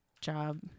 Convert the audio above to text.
job